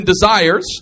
desires